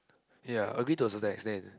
ya agree to a certain extent